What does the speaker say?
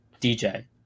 DJ